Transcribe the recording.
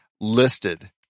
listed